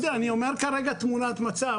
לא יודע אני אומר כרגע את תמונת המצב,